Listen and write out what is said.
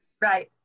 Right